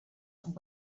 and